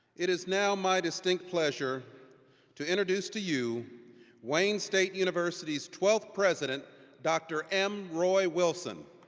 it is now my distinct pleasure to introduce to you wayne state university's twelfth president, dr. m. roy wilson.